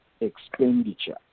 expenditure